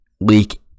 leak